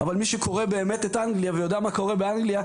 אבל מי שקורא באמת את אנגליה ויודע מה קורה באנגליה,